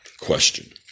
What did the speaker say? question